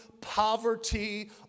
poverty